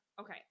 okay